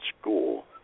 school